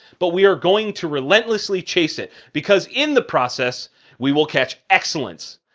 but we are going to relentlessly chase it, because in the process we will catch excellence.